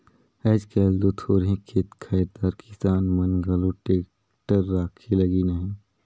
आएज काएल दो थोरहे खेत खाएर दार किसान मन घलो टेक्टर राखे लगिन अहे